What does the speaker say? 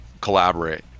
collaborate